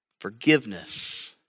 Forgiveness